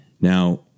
Now